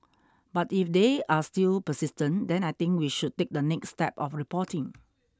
but if they are still persistent then I think we should take the next step of reporting